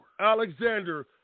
Alexander